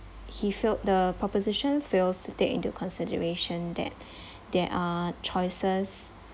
he failed the proposition fails to take into consideration that there are choices